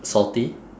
salty